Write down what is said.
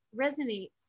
resonates